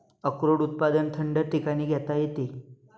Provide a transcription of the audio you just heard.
अक्रोड उत्पादन थंड ठिकाणी घेता येते